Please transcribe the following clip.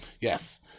Yes